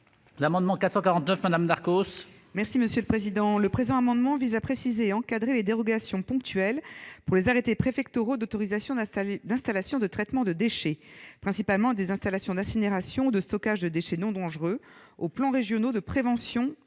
parole est à Mme Laure Darcos. Le présent amendement vise à préciser et à encadrer les dérogations ponctuelles, pour les arrêtés préfectoraux d'autorisation d'installations de traitement de déchets-principalement des installations d'incinération ou de stockage de déchets non dangereux-, aux plans régionaux de prévention